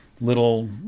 little